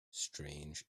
strange